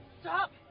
Stop